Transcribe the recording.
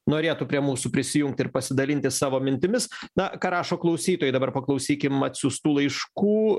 norėtų prie mūsų prisijungti ir pasidalinti savo mintimis na ką rašo klausytojai dabar paklausykim atsiųstų laiškų